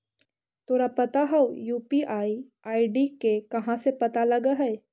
तोरा पता हउ, यू.पी.आई आई.डी के कहाँ से पता लगऽ हइ?